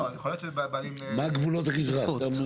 מה גבולות הגזרה?